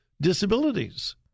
disabilities